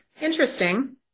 Interesting